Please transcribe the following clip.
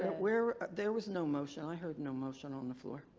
but where. there was no motion. i heard no motion on the floor.